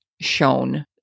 shown